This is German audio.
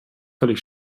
völlig